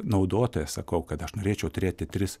naudotojas sakau kad aš norėčiau turėti tris